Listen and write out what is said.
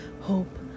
hope